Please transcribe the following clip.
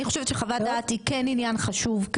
אני חושבת שחוות הדעת היא כן עניין חשוב,